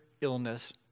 illness